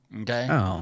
Okay